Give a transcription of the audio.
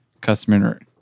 customer